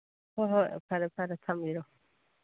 ꯍꯣꯏ ꯍꯣꯏ ꯐꯔꯦ ꯐꯔꯦ ꯊꯝꯕꯤꯔꯣ